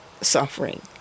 suffering